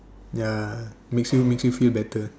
ya makes you makes you feel better